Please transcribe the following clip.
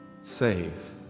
save